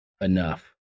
enough